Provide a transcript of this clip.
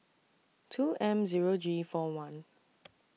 two M Zero G four one